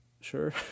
sure